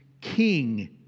King